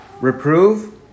Reprove